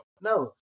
No